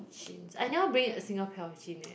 jeans I never bring a single pair of jean eh